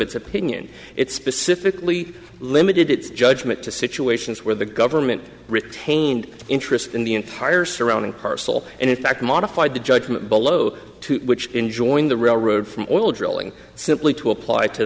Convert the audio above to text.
its opinion it specifically limited its judgment to situations where the government retained interest in the entire surrounding parcel and in fact modified the judgment below which enjoying the railroad from oil drilling simply to apply to